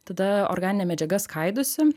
tada organinė medžiaga skaidosi